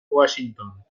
washington